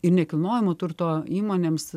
ir nekilnojamo turto įmonėms